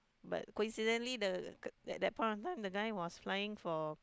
but coincidentally the g~ that that point of time the guy was flying for